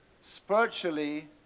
Spiritually